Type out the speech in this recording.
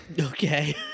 Okay